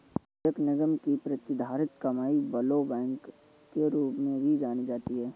एक निगम की प्रतिधारित कमाई ब्लोबैक के रूप में भी जानी जाती है